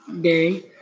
Day